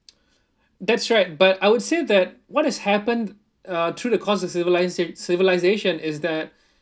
that's right but I would say that what has happened uh through the course of civil~ civilisation is that